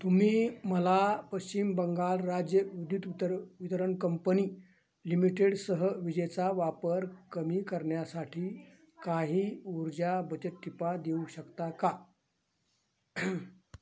तुम्ही मला पश्चिम बंगाल राज्य विद्युत उतर वितरण कंपनी लिमिटेडसह विजेचा वापर कमी करण्यासाठी काही ऊर्जा बचत टीपा देऊ शकता का